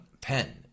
pen